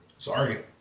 Sorry